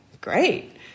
great